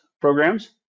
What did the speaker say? programs